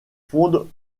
fondent